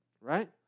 right